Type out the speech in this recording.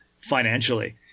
financially